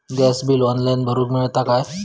Gas bill online भरुक मिळता काय?